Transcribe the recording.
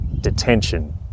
detention